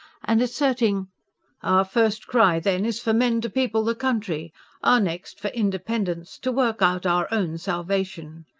and asserting our first cry, then, is for men to people the country our next, for independence, to work out our own salvation.